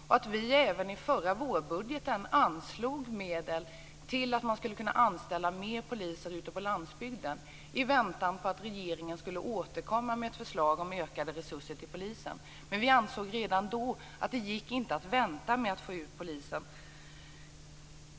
Även i vårt förslag vid förra vårbudgeten anslog vi medel till att kunna anställa mer poliser ute på landsbygden i väntan på att regeringen skulle återkomma med ett förslag om ökade resurser till polisen. Vi ansåg redan då att det inte gick att vänta med att få ut poliser.